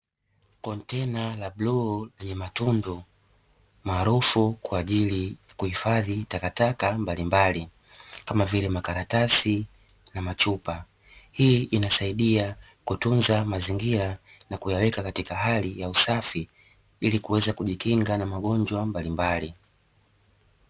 Kontena la bluu lenye matundu maarufu kwa ajili ya kuhifadhi takataka mbalimbali kama vile makaratasi na machupa, hii inasaidia kutunza mazingira na kuyaweka hali ya usafi ili kuweza kujikinga na magonjwa mbalimbali.